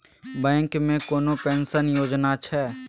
Bank मे कोनो pension योजना छै?